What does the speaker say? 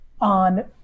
on